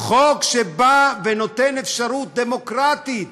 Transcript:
חוק שנותן אפשרות דמוקרטית